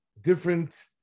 different